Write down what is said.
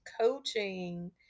coaching